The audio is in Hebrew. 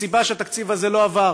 הסיבה שהתקציב הזה לא עבר